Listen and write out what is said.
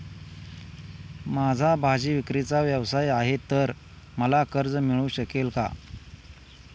माझा भाजीविक्रीचा व्यवसाय आहे तर मला कर्ज मिळू शकेल का?